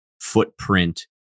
footprint